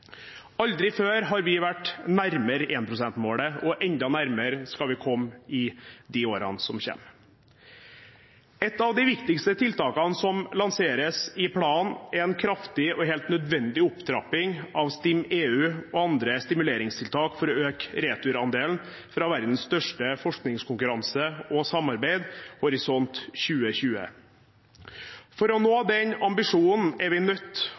Aldri før har vi vært nærmere 1 pst.-målet, og enda nærmere skal vi komme i de årene som kommer. Et av de viktigste tiltakene som lanseres i planen, er en kraftig og helt nødvendig opptrapping av STIM-EU og andre stimuleringstiltak for å øke returandelen fra verdens største forskningskonkurranse og -samarbeid, Horisont 2020. For å nå den ambisjonen er vi nødt